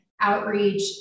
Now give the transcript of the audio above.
outreach